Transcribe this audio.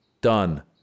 done